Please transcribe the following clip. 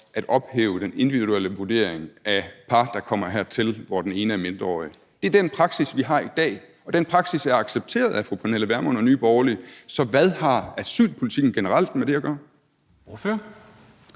at ophæve den individuelle vurdering af par, der kommer hertil, hvor den ene er mindreårig. Det er den praksis, vi har i dag, og den praksis er accepteret af fru Pernille Vermund og Nye Borgerlige, så hvad har asylpolitikken generelt med det at gøre?